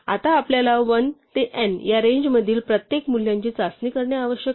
आता आपल्याला 1 ते n या रेंज मधील प्रत्येक मूल्याची चाचणी करणे आवश्यक आहे